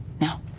No